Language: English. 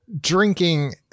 drinking